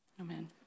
Amen